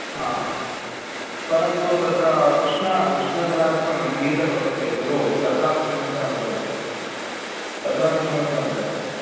हा परन्तु तत्र उष्ण उष्णजलार्थं गीज़र् वर्तते खलु तत्रापि समस्या वर्तते तत्रापि समस्या वर्तते